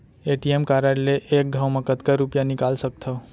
ATM card ले एक घव म कतका रुपिया निकाल सकथव?